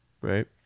right